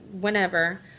whenever